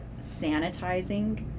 sanitizing